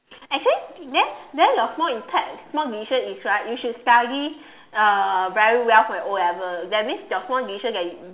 actually then then your small impact small decision is right you should study uh very well for your o-level that means your small decision that you